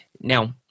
Now